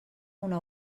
una